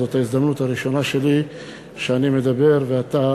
זאת ההזדמנות הראשונה שלי שאני מדבר ואתה,